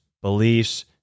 beliefs